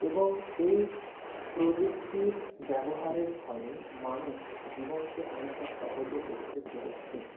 এবং এই প্রযুক্তির ব্যবহারের ফলে মানুষ জীবনকে অনেকটা সহজও করতে পেরেছে